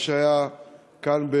מה שהיה כאן,